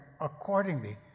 accordingly